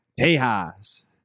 tejas